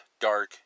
dark